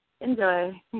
Enjoy